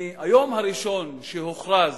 מהיום הראשון שהוכרז